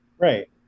Right